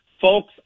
folks